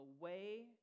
away